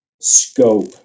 scope